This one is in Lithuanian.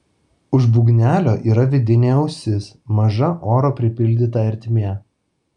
už būgnelio yra vidinė ausis maža oro pripildyta ertmė